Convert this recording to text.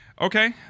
okay